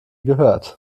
gehört